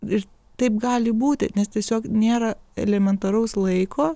ir taip gali būti nes tiesiog nėra elementaraus laiko